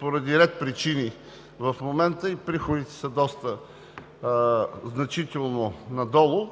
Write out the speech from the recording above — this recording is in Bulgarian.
поради ред причини и приходите са значително надолу,